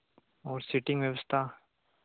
और सीटिंग व्यवस्था